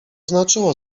znaczyło